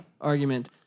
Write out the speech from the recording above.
argument